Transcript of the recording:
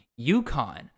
UConn